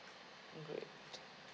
good